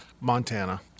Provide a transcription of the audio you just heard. Montana